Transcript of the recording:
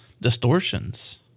distortions